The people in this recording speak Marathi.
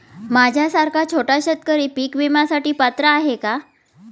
माझ्यासारखा छोटा शेतकरी पीक विम्यासाठी पात्र आहे का?